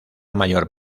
mayor